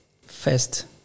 first